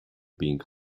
being